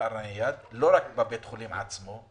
לא רק בבית החולים עצמו.